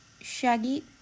shaggy